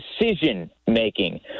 decision-making